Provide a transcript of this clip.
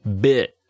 bit